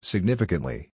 Significantly